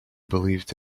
believed